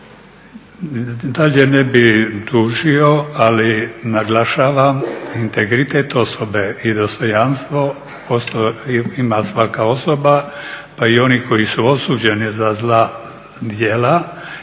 Dalje ne bih dužio, ali naglašavam integritet osobe i dostojanstvo ima svaka osoba, pa i oni koji su osuđeni za zla djela